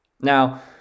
Now